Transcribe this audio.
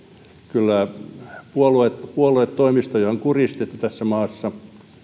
kyllä puoluetoimistoja on kurjistettu tässä maassa